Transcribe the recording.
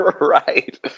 right